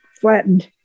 flattened